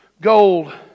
gold